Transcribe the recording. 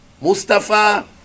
Mustafa